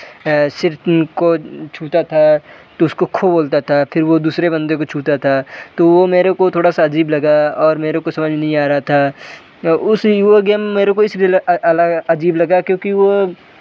सिर को छूता था तो उसको खो बोलता था फिर वो दूसरे बंदे को छूता था तो वो मेरे को थोड़ा सा अजीब लगा और मेरे को समझ नहीं आ रहा था उस गेम मेरे को इसलिए अजीब लगा क्योंकि वो